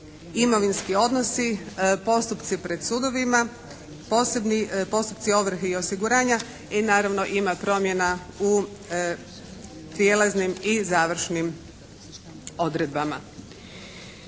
Imovinski odnosi, Postupci pred sudovima, Posebni postupci ovrhe i osiguranje. I naravno, ima promjena u Prijelaznim i završnim odredbama.